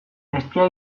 eztia